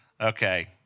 Okay